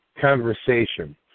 conversation